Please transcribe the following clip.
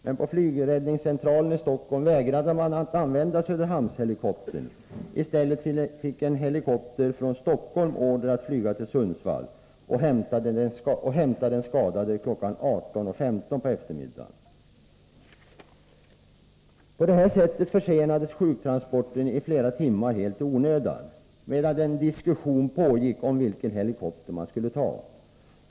Men på flygräddningscentralen i Stockholm vägrade man att använda Söderhamnshelikoptern. I stället fick en helikopter från Stockholm order att flyga till Sundsvall och hämta den skadade kl. 18.15 på eftermiddagen. På det här sättet försenades sjuktransporten i flera timmar, helt i onödan, medan en diskussion pågick om vilken helikopter man skulle ta.